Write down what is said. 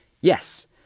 Yes